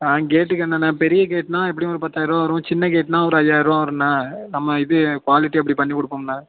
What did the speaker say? ஆ கேட்டுக்கு என்னெண்ணா பெரிய கேட்டுனா எப்படியும் ஒரு பத்தாயரரூவா வரும் சின்ன கேட்டுனா ஒரு ஐயாயரரூவா வரும்ணா நம்ம இது குவாலிட்டி அப்படி பண்ணி கொடுப்போம்ண